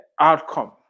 outcome